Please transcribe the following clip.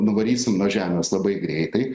nuvarysim nuo žemės labai greitai